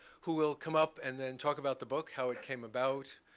who will come up and then talk about the book, how it came about,